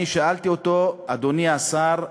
אני שאלתי אותו: אדוני השר,